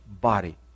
body